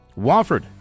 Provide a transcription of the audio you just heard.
Wofford